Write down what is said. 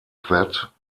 that